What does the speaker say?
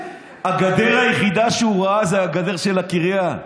הגדר היחידה שהוא ראה זו הגדר של הקריה.